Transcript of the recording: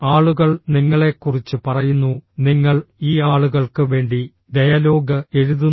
ആളുകൾ നിങ്ങളെക്കുറിച്ച് പറയുന്നു നിങ്ങൾ ഈ ആളുകൾക്ക് വേണ്ടി ഡയലോഗ് എഴുതുന്നു